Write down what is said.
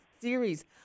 series